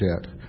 debt